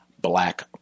black